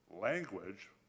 language